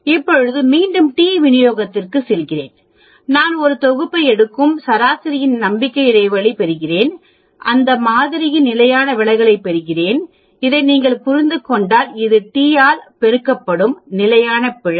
இப்போது மீண்டும் டி விநியோகத்திற்குச் செல்கிறேன் நான் ஒரு தொகுப்பை எடுக்கும் சராசரியின் நம்பிக்கை இடைவெளி பெறுகிறேன் அந்த மாதிரியின் நிலையான விலகலைப் பெறுகிறேன் இதை நீங்கள் புரிந்து கொண்டால் இது t ஆல் பெருக்கப்படும் நிலையான பிழை